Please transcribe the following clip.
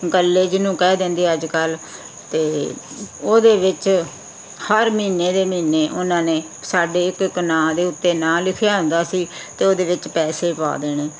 ਗੱਲੇ ਜਿਹਨੂੰ ਕਹਿ ਦਿੰਦੇ ਅੱਜ ਕੱਲ੍ਹ ਅਤੇ ਉਹਦੇ ਵਿੱਚ ਹਰ ਮਹੀਨੇ ਦੇ ਮਹੀਨੇ ਉਹਨਾਂ ਨੇ ਸਾਡੇ ਇੱਕ ਇੱਕ ਨਾਮ ਦੇ ਉੱਤੇ ਨਾਮ ਲਿਖਿਆ ਹੁੰਦਾ ਸੀ ਅਤੇ ਉਹਦੇ ਵਿੱਚ ਪੈਸੇ ਪਾ ਦੇਣੇ